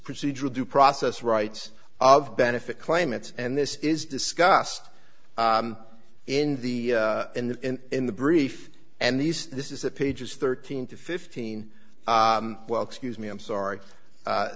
procedural due process rights of benefit claimants and this is discussed in the in the in the brief and these this is the pages thirteen to fifteen well excuse me i'm sorry